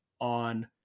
on